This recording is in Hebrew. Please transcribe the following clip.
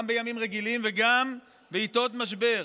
גם בימים רגילים וגם בעיתות משבר,